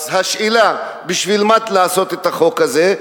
השאלה בשביל מה לעשות את החוק הזה,